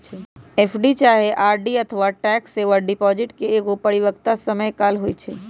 FD चाहे RD अथवा tax saver deposit के एगो परिपक्वता समय काल होइ छइ